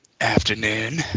Afternoon